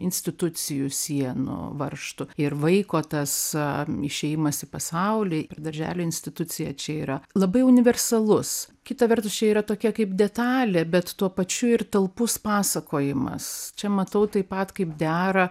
institucijų sienų varžtų ir vaiko tas išėjimas į pasaulį ir darželio institucija čia yra labai universalus kita vertus čia yra tokia kaip detalė bet tuo pačiu ir talpus pasakojimas čia matau taip pat kaip dera